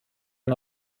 ein